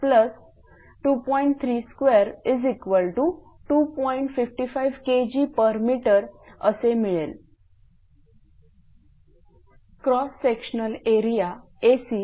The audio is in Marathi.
कंडक्टरचा क्रॉस सेक्शनल एरिया Acdc242243